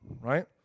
right